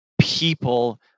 people